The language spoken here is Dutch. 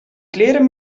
kleren